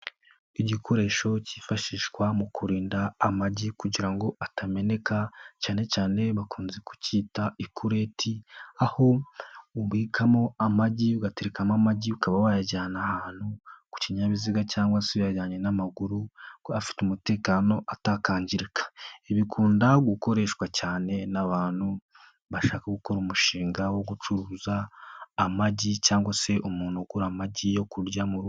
Igikoresho kifashishwa mu kurinda amagi kugira atameneka cyane cyane bakunze kucyita ikureti aho ubikamo amagi ugatekarekamo amagi ukaba wayajyana ahantu ku kinyabiziga cgcyangwa se uyajyanye n'amaguru kuko afite umutekano atakangirika, ibi bikunda gukoreshwa cyane n'abantu bashaka gukora umushinga wo gucuruza amagi cyangwa se umuntu ugura amagi yo kurya mu rugo.